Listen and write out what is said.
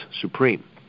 supreme